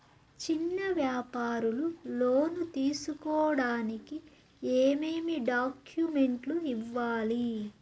చిన్న వ్యాపారులు లోను తీసుకోడానికి ఏమేమి డాక్యుమెంట్లు ఇవ్వాలి?